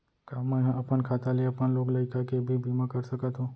का मैं ह अपन खाता ले अपन लोग लइका के भी बीमा कर सकत हो